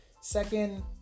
second